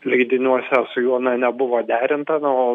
leidiniuose su juo na nebuvo derinta na o